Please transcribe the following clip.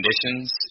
conditions